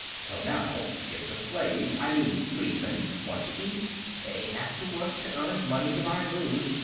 so now, if the slaves, i mean, freedmen, want to eat, they have to work to earn money to buy food,